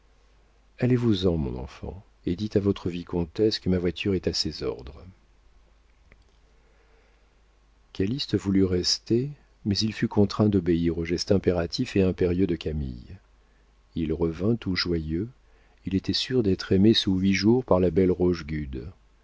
allez-vous-en mon enfant et dites à votre vicomtesse que ma voiture est à ses ordres calyste voulut rester mais il fut contraint d'obéir au geste impératif et impérieux de camille il revint tout joyeux il était sûr d'être aimé sous huit jours par la belle